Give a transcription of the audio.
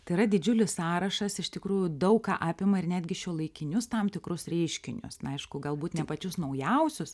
tai yra didžiulis sąrašas iš tikrųjų daug ką apima ir netgi šiuolaikinius tam tikrus reiškinius na aišku galbūt ne pačius naujausius